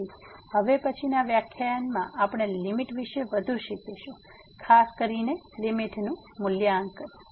તેથી હવે પછીનાં વ્યાખ્યાનમાં આપણે લીમીટ વિષે વધુ શીખીશું ખાસ કરીને લીમીટ નું મૂલ્યાંકન